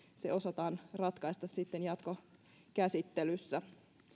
se osataan ratkaista sitten jatkokäsittelyssä